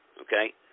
Okay